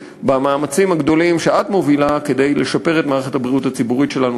במאמצים הגדולים שאת מובילה כדי לשפר את מערכת הבריאות הציבורית שלנו,